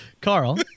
Carl